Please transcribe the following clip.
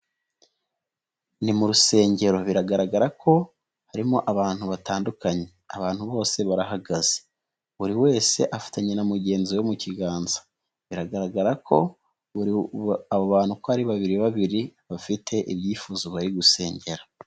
Ni mu rusengero, biragaragara ko harimo abantu batandukanye, abantu bose barahagaze buri wese afatanya na mugenzi we mu kiganza, biragaragara ko bantu ari babiri babiri bafite ibyifuzo bari gusengera.